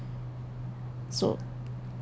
so